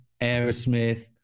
Aerosmith